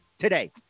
today